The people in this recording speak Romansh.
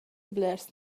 blers